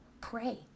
Pray